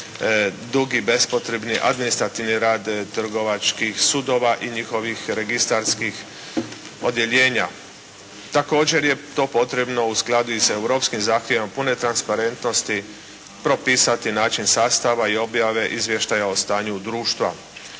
dugi bespotrebni administrativni rad trgovačkih sudova i njihovih registarskih odjeljenja. Također je to potrebno u skladu sa Europskim zahtjevima pune transparentnosti propisati način sastava i objave izvještaja o stanju društva.